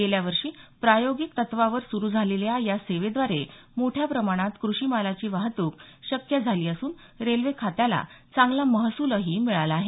गेल्या वर्षी प्रायोगिक तत्वावर सुरू झालेल्या या सेवेद्वारे मोठ्या प्रमाणात कृषी मालाची वाहतूक शक्य झाली असून रेल्वे खात्याला चांगला महसूलही मिळाला आहे